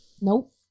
Nope